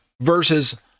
versus